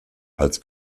als